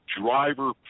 driver